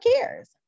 cares